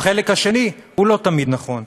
החלק השני לא תמיד נכון.